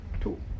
two